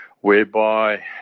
whereby